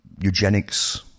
eugenics